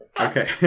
Okay